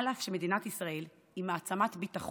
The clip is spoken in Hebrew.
אף על פי שמדינת ישראל היא מעצמה ביטחון